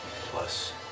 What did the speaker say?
plus